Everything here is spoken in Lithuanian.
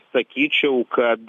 sakyčiau kad